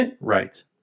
Right